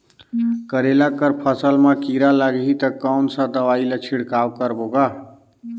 करेला कर फसल मा कीरा लगही ता कौन सा दवाई ला छिड़काव करबो गा?